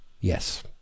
Yes